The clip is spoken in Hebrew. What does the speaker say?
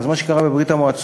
אז מה שקרה בברית-המועצות,